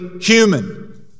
human